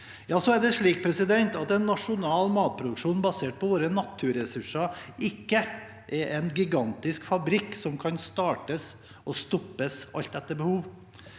Så er det slik at en nasjonal matproduksjon, basert på våre naturressurser, ikke er en gigantisk fabrikk som kan startes og stoppes alt etter behov.